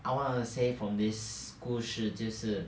I wanna say from this 故事就是